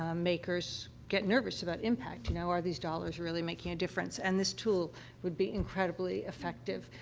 um makers get nervous about impact, you know, are these dollars really making a difference. and this tool would be incredibly effective,